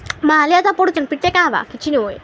ମାହାଳିଆ ଏକା ପଡ଼ୁଛନ୍ ପିଟିଲେ କାଁ ହେବା କିଛିି ନାଇଁ ହଏ